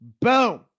Boom